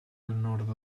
nord